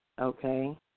Okay